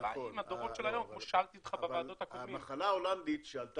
השאלה הדורות של היום,